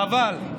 חבל.